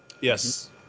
Yes